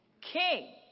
King